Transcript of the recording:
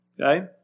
Okay